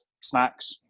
snacks